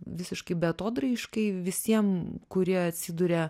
visiškai beatodairiškai visiem kurie atsiduria